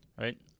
right